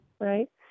Right